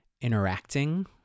interacting